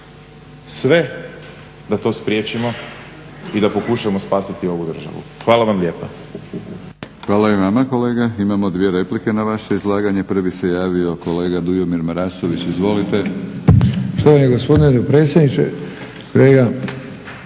sve da to spriječimo i da pokušamo spasiti ovu državu. Hvala vam lijepa.